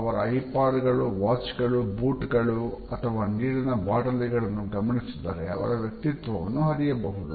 ಅವರ ಐಪಾಡ್ ಗಳು ವಾಚ್ ಗಳು ಬೂಟುಗಳು ಅಥವಾ ನೀರಿನ ಬಾಟಲಿಗಳನ್ನು ಗಮನಿಸಿದರೆ ಅವರ ವ್ಯಕ್ತಿತ್ವವನ್ನು ಅರಿಯಬಹುದು